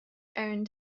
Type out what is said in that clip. owned